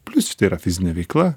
plius tai yra fizinė veikla